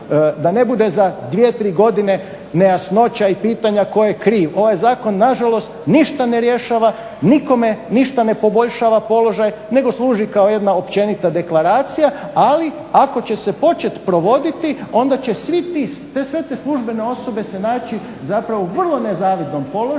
da ne bude za 2-3 godine nejasnoća i pitanja tko je kriv. Ovaj zakon nažalost ništa ne rješava, nikome ništa ne poboljšava položaj nego služi kao jedna općenita deklaracija, ali ako će se počet provoditi onda će sve te služene osobe se naći zapravo u vrlo nezavidnom položaju